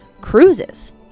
Cruises